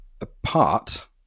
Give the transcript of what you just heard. apart